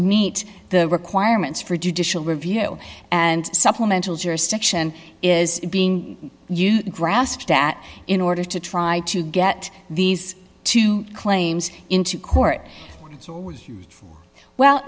meet the requirements for judicial review and supplemental jurisdiction is being you grasped that in order to try to get these two claims into court well